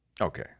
Okay